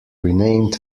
renamed